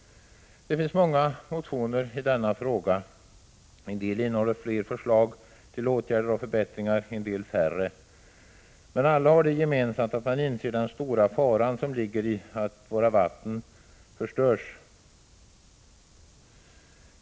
Det finns många motioner i denna fråga. En del innehåller flera förslag till åtgärder och förbättringar, en del färre. Men alla har det gemensamt att motionärerna inser den stora fara som ligger i att våra vatten förstörs.